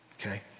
okay